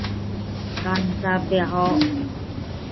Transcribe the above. का हिसाब देहओ